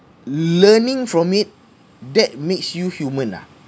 learning from it that makes us human lah